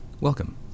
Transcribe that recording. welcome